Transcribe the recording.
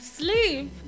Sleep